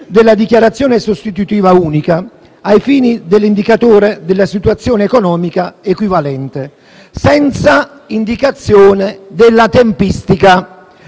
della dichiarazione sostitutiva unica ai fini dell'indicatore della situazione economica equivalente, senza indicazione della tempistica.